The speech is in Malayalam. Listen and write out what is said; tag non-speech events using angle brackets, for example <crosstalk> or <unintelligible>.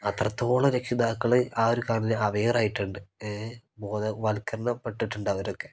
അത്രത്തോളം രക്ഷിതാക്കൾ ആ ഒരു <unintelligible> അവെയറായിട്ടുണ്ട് ഏ ബോധവൽക്കരണപ്പെട്ടിട്ടുണ്ട് അവരൊക്കെ